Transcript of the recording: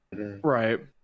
right